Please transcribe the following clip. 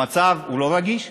המצב הוא לא רגיש?